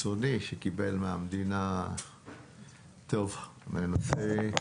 לפני שנשמע את אנשי חריש,